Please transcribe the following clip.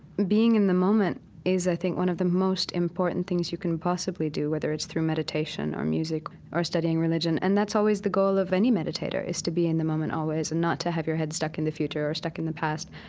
being in the moment is, i think, one of the most important things you can possibly do, whether it's through meditation or music or studying religion. and that's always the goal of any meditator is to be in the moment always and not to have your head stuck in the future or stuck in the past.